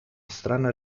strana